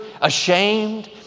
ashamed